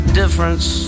difference